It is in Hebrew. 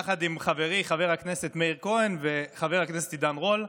יחד עם חברי חבר הכנסת מאיר כהן וחבר הכנסת עידן רול,